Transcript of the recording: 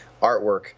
artwork